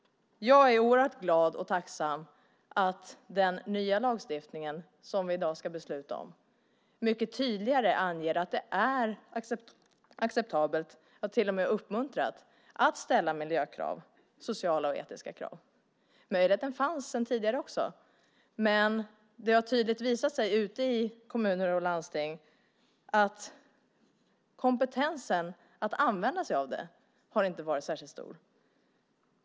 Jag är oerhört glad och tacksam för att den nya lagstiftning som vi i dag ska besluta om mycket tydligare anger att det är acceptabelt och till och med uppmuntrat att ställa miljökrav, sociala och etiska krav. Möjligheten fanns också tidigare, men det har tydligt visat sig ute i kommuner och landsting att kompetensen att använda sig av den inte har var varit särskilt stor.